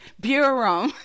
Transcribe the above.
Bureau